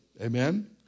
Amen